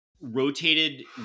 rotated